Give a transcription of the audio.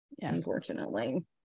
unfortunately